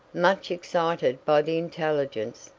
much excited by the intelligence,